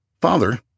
Father